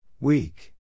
Weak